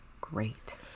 Great